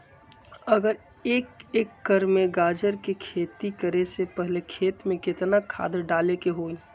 अगर एक एकर में गाजर के खेती करे से पहले खेत में केतना खाद्य डाले के होई?